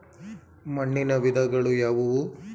ಮಣ್ಣಿನ ವಿಧಗಳು ಯಾವುವು?